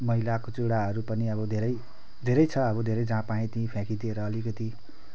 मैलाकुचैलाहरू पनि अब धेरै छ अब धेरै जहाँ पायो त्यहीँ फ्याँकिदिएर अलिकति